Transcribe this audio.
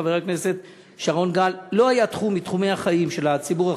חבר הכנסת שרון גל: לא היה תחום מתחומי החיים של הציבור החרדי,